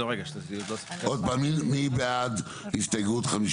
עוד פעם, מי בעד הסתייגות 51?